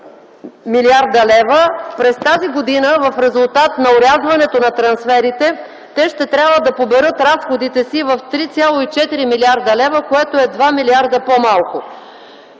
5,3 млрд. лв., за тази година в резултат на орязването на трансферите те ще трябва да поберат разходите си в 3,4 млрд. лв., което е с 2 млрд. лв. по-малко.